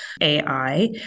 AI